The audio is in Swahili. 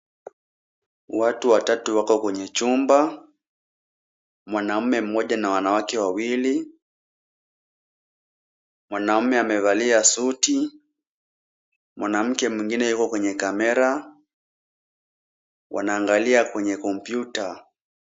Watu watatu wako kwenye chumba, mwanamume mmoja na wanawake wawili. Mwanamume amevalia suti, mwanamke mwingine yuko kwenye kamera wanaangalia kwenye kompiuta.